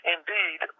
Indeed